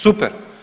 Super.